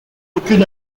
aucune